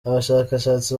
abashakashatsi